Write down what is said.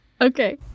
Okay